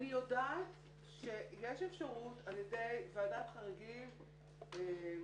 אני יודעת שיש אפשרות על ידי ועדת חריגים ---,